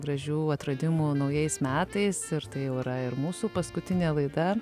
gražių atradimų naujais metais ir tai jau yra ir mūsų paskutinė laida